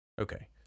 Okay